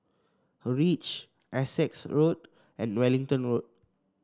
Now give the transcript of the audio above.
reach Essex Road and Wellington Road